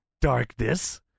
darkness